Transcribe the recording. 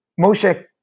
Moshe